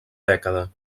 dècada